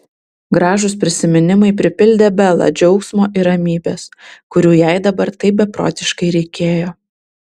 gražūs prisiminimai pripildė belą džiaugsmo ir ramybės kurių jai dabar taip beprotiškai reikėjo